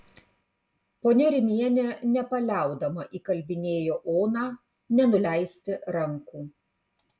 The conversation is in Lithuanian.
ponia rimienė nepaliaudama įkalbinėjo oną nenuleisti rankų